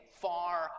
far